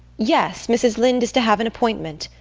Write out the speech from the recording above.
yes, mrs. linde is to have an appointment.